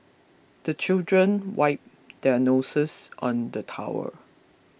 the children wipe their noses on the towel